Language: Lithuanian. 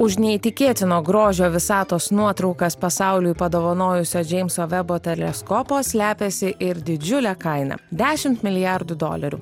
už neįtikėtino grožio visatos nuotraukas pasauliui padovanojusio džeimso vebo teleskopo slepiasi ir didžiulė kaina dešimt milijardų dolerių